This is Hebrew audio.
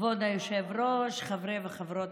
כבוד היושב-ראש, חברי וחברות